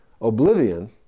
Oblivion